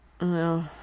No